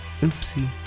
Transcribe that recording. Oopsie